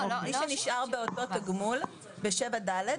מי שנשאר באותו תגמול, ב-7ד.